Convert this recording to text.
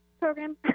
program